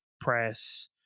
press